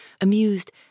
amused